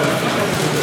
מאולם